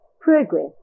progress